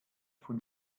von